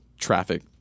Traffic